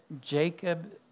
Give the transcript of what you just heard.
Jacob